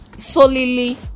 solely